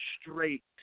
straight